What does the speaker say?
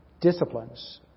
Disciplines